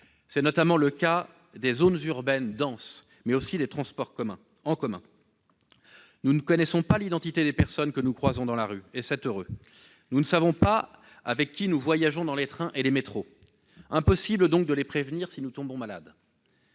C'est notamment le cas dans les zones urbaines denses, mais aussi dans les transports en commun. Nous ne connaissons pas l'identité des personnes que nous croisons dans la rue, et c'est heureux. Nous ne savons pas avec qui nous voyageons dans les trains et les métros. Il est donc impossible de prévenir ces personnes si nous tombons malades.